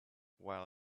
while